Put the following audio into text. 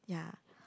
ya